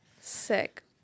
Sick